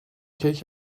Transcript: کیک